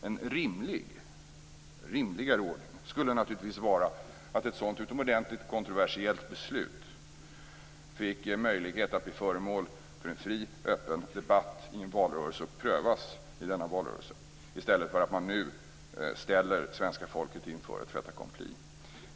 En rimligare ordning skulle naturligtvis vara att ett sådant utomordentligt kontroversiellt beslut fick möjlighet att bli föremål för en fri, öppen debatt i en valrörelse och prövas i denna valrörelse i stället för att man som nu ställer svenska folket inför ett fait accompli.